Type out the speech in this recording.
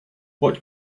what